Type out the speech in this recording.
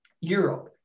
Europe